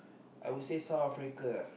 I would say South Africa uh